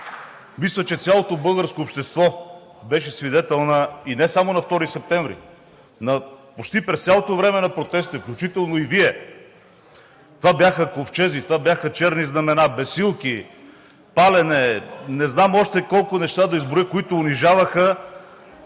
мисля, че цялото българско общество беше свидетел на... И не само на 2 септември, почти през цялото време на протестите, включително и Вие, това бяха ковчези, това бяха черни знамена, бесилки, палене, не знам още колко неща да изброя, които унижаваха